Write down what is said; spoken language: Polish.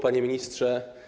Panie Ministrze!